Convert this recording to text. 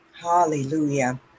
Hallelujah